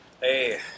Hey